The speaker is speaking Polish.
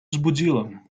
zbudziłem